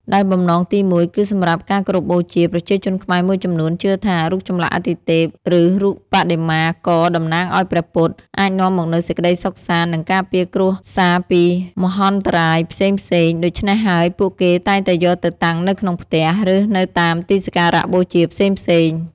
ដែលបំណងទីមួយ គឺសម្រាប់ ការគោរពបូជា ប្រជាជនខ្មែរមួយចំនួនជឿថា រូបចម្លាក់អាទិទេព ឬរូបបដិមាករតំណាងឱ្យព្រះពុទ្ធ អាចនាំមកនូវសេចក្តីសុខសាន្ត និងការពារគ្រួសារពីភយន្តរាយផ្សេងៗ ដូច្នេះហើយ ពួកគេតែងតែយកទៅតាំងនៅក្នុងផ្ទះ ឬនៅតាមទីសក្ការបូជាផ្សេងៗ។